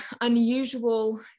unusual